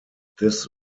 this